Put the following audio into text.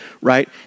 right